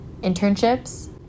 internships